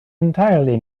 entirely